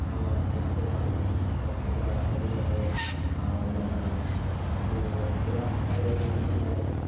हाँ जहाँ पर पार्किंग उरकिंग की सुविधा सही रहे जहाँ ज़्यादा वो हल्ला हपारी वाले आदमी ना रहे